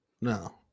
No